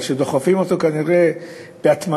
אבל כשדוחפים אותו בהתמדה,